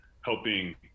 helping